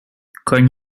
kan